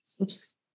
Oops